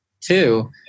Two